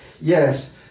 Yes